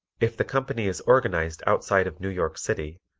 if the company is organized outside of new york city,